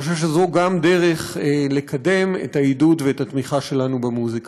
אני חושב שגם זו דרך לקדם את העידוד ואת התמיכה שלנו במוזיקה.